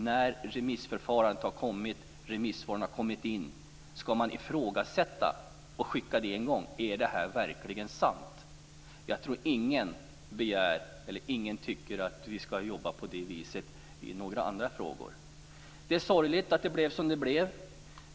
När remissförfarandet är klart och remissvaren har kommit in - skall man då ifrågasätta detta, skicka ut det en gång till och fråga: Är det verkligen sant? Jag tror inte att någon tycker att vi skall jobba på det viset i några andra frågor. Det är sorgligt att det blev som det blev.